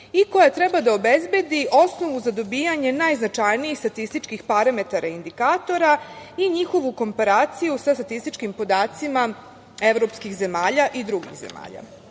i koja treba da obezbedi osnovu za dobijanje najznačajnijih statističkih parametara i indikatora i njihovu komparaciju sa statističkim podacima evropskih zemalja i drugih